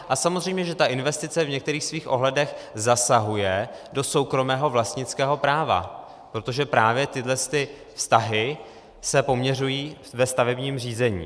A samozřejmě že ta investice v některých svých ohledech zasahuje do soukromého vlastnického práva, protože právě tyhle ty vztahy se poměřují ve stavebním řízení.